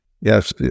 yes